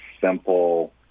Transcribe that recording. simple